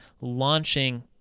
launching